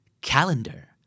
calendar